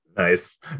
nice